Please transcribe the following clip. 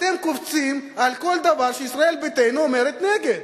אתם קופצים על כל דבר שישראל ביתנו אומרת נגד.